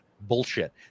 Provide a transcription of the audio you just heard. bullshit